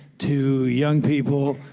to young people,